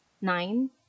Nine